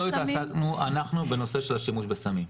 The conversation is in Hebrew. לא התעסקנו, אנחנו, בנושא של השימוש בסמים.